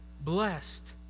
Blessed